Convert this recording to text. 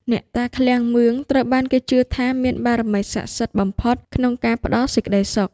អ្នកតាឃ្លាំងមឿង ត្រូវបានគេជឿថាមានបារមីសក្ដិសិទ្ធិបំផុតក្នុងការផ្ដល់សេចក្ដីសុខ។